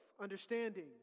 understanding